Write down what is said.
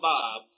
Bob